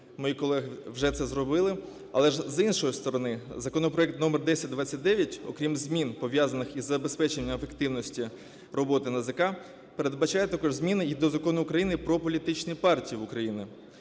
мої колеги вже це зробили. Але ж, з іншої сторони, законопроект номер 1029, окрім змін, пов'язаних із забезпеченням ефективності роботи НАЗК, передбачає також зміни і до Закону України "Про політичні партії в Україні".